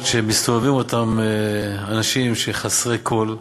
שמסתובבים בהם אותם אנשים שהם חסרי כול,